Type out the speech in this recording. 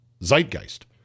zeitgeist